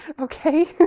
Okay